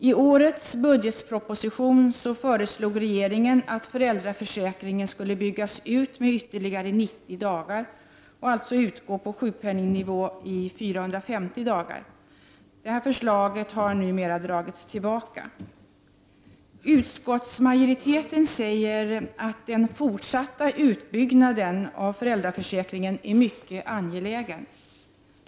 I årets budgetproposition föreslog regeringen att föräldraförsäkringen skulle byggas ut med ytterligare 90 dagar och alltså utgå på sjukpenningnivå i 450 dagar. Detta förslag har numera dragits tillbaka. Utskottsmajoriteten säger att den fortsatta utbyggnaden av föräldraför säkringen är mycket angelägen.